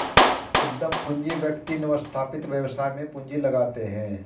उद्यम पूंजी व्यक्ति नवस्थापित व्यवसाय में पूंजी लगाते हैं